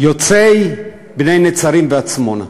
יוצאי בני-נצרים ועצמונה.